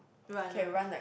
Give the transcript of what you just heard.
runner